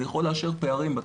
אני יכול לאשר פערים בתקן.